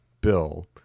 Bill